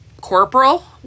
Corporal